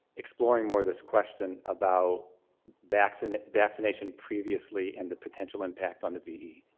exploring more this question about vaccination vaccination previously and the potential impact on the ve?